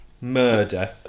Murder